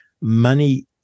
money